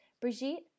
Brigitte